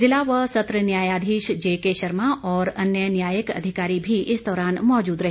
जिला व सत्र न्यायाधीश जेकेशर्मा और अन्य न्यायिक अधिकारी भी इस दौरान मौजूद रहे